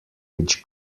which